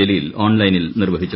ജലീൽ ഓൺലൈനിൽ നിർവഹിച്ചു